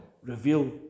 reveal